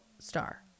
star